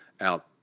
out